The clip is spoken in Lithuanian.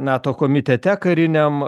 nato komitete kariniam